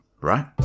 right